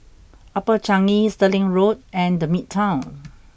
upper Changi Stirling Road and the Midtown